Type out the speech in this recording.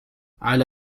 على